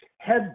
head